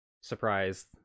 Surprise